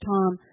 Tom